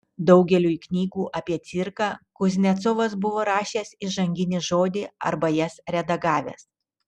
daugeliui knygų apie cirką kuznecovas buvo rašęs įžanginį žodį arba jas redagavęs